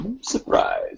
Surprise